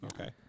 Okay